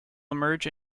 emerge